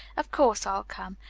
of course i'll come!